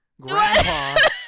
Grandpa